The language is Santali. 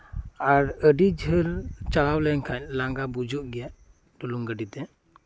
ᱟᱨ ᱟᱹᱰᱤ ᱡᱷᱟᱹᱞ ᱪᱟᱞᱟᱣ ᱞᱮᱱᱠᱷᱟᱱ ᱞᱟᱸᱜᱟ ᱵᱩᱡᱷᱟᱹᱜ ᱜᱮᱭᱟ ᱰᱩᱞᱩᱝ ᱜᱟᱹᱰᱤ ᱛᱮ